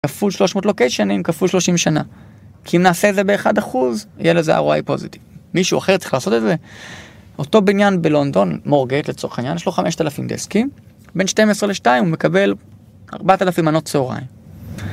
כפול שלוש מאות לוקיישנים, כפול שלושים שנה. כי אם נעשה את זה באחד אחוז, יהיה לזה ROI פוזיטיב. מישהו אחר צריך לעשות את זה. אותו בניין בלונדון, מורגייט לצורך העניין, יש לו חמשת אלפים דסקים, בין 12 ל-2 הוא מקבל ארבעת אלפים מנות צהריים.